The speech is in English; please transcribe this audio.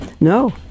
no